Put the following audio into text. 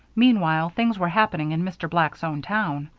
meanwhile, things were happening in mr. black's own town.